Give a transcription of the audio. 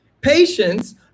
Patience